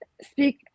speak